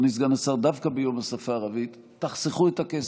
דווקא ביום השפה הערבית, תחסכו את הכסף.